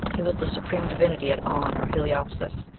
he was the supreme divinity at on, or heliopolis,